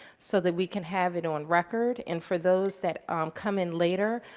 so that we can have it on record. and for those that um come in later,